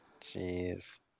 Jeez